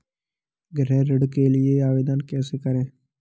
गृह ऋण के लिए आवेदन कैसे करें?